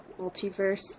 Multiverse